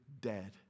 dead